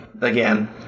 again